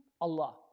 Allah